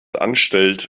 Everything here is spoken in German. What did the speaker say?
anstellt